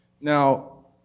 Now